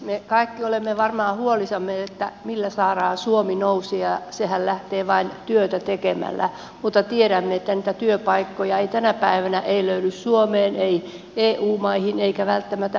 me kaikki olemme varmaan huolissamme millä saadaan suomi nousuun ja sehän lähtee vain työtä tekemällä mutta tiedämme että niitä työpaikkoja tänä päivänä ei löydy suomeen ei eu maihin eikä välttämättä muuallekaan maailmaan